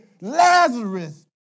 Lazarus